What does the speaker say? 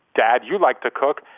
dad, you like to cook.